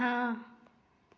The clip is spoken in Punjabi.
ਹਾਂ